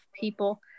people